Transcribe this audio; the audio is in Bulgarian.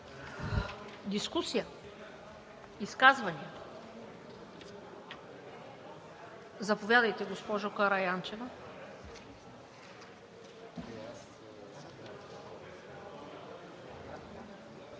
Дискусия? Изказвания? Заповядайте, госпожо Караянчева.